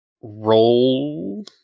roll